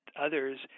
Others